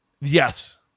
Yes